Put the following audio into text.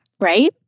right